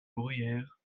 bruyère